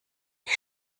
ich